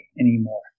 anymore